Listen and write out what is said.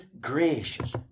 gracious